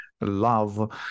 love